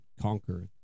conquer